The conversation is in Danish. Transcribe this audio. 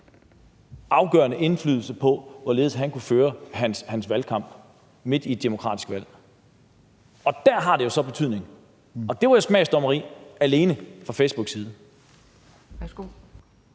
afgørende indflydelse på, hvorledes han kunne føre sin valgkamp midt i et demokratisk valg. Der har det så betydning, og det var jo smagsdommeri alene fra Facebooks side.